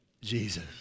Jesus